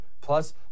Plus